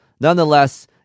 nonetheless